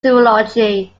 zoology